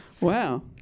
Wow